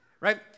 Right